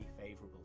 favorable